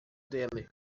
dele